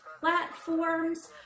platforms